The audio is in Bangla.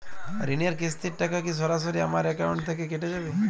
ঋণের কিস্তির টাকা কি সরাসরি আমার অ্যাকাউন্ট থেকে কেটে যাবে?